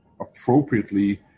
appropriately